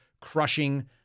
crushing